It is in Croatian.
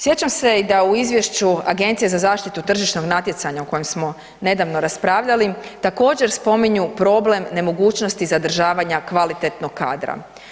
Sjećam se i da u izvješću Agencije za zaštitu tržišnog natjecanja o kojem smo nedavno raspravljali, također spominju problem nemogućnosti zadržavanja kvalitetnog kadra.